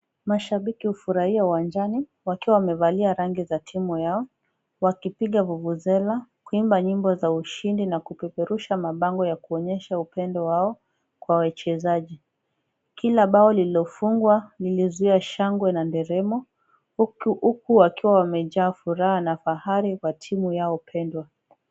Mashabiki hufurahia uwanjani wakiwa wamevalia rangi za timu yao, wakipiga vuvuzela kuimba nyimbo za ushindi na kupeperusha mabango ya kuonyesha upendo wao, kwa wachezaji. Kila bao lililofungwa lilizua shangwe na nderemo huku wakiwa wamejaa furaha na fahari kwa timu yao pendwa.